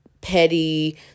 petty